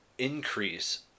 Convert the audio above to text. increase